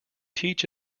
teach